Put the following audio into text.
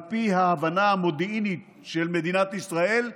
על פי ההבנה המודיעינית של מדינת ישראל,